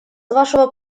вашего